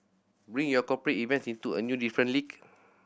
bring your cooperate events into a new different league